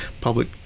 public